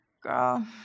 girl